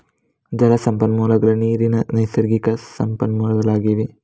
ಜಲ ಸಂಪನ್ಮೂಲಗಳು ನೀರಿನ ನೈಸರ್ಗಿಕ ಸಂಪನ್ಮೂಲಗಳಾಗಿವೆ